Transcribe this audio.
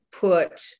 put